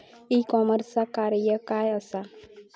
E कॉमर्सचा कार्य काय असा?